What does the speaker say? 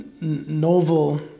novel